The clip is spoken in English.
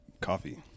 coffee